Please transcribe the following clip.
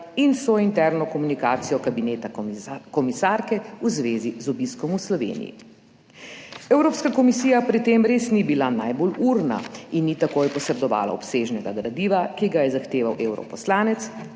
in sointerno komunikacijo kabineta komisarke v zvezi z obiskom v Sloveniji. Evropska komisija pri tem res ni bila najbolj urna in ni takoj posredovala obsežnega gradiva, ki ga je zahteval evroposlanec,